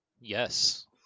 Yes